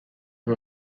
who